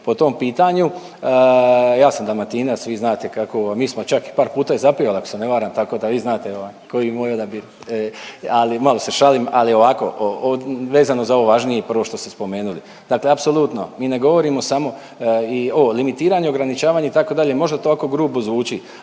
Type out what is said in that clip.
po tom pitanju. Ja sam Dalmatinac, vi znate kako, mi smo čak par puta i zapivali ako se ne varam, tako da vi znate koji je moj odabir. Malo se šalim, ali ovako. Vezano za ovo važnije prvo što ste spomenuli. Dakle, apsolutno mi ne govorimo samo i o limitiranju i ograničavanju itd. Možda to ovako grubo zvuči,